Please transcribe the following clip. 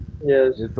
Yes